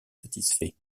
satisfait